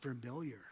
familiar